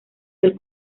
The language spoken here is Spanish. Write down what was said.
del